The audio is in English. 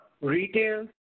Retail